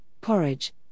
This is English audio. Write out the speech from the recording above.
porridge